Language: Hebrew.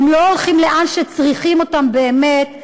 והם לא הולכים לאן שצריכים אותם באמת.